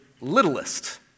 littlest